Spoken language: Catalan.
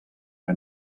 que